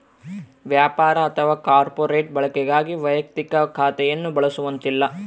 ವ್ಯಾಪಾರ ಅಥವಾ ಕಾರ್ಪೊರೇಟ್ ಬಳಕೆಗಾಗಿ ವೈಯಕ್ತಿಕ ಖಾತೆಯನ್ನು ಬಳಸುವಂತಿಲ್ಲ